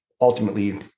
ultimately